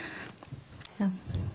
כמובן,